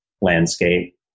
landscape